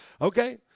Okay